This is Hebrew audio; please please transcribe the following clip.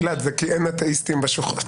גלעד, זה כי אין אתאיסטים בשוחות.